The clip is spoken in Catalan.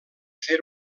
fer